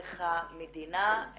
איך המדינה,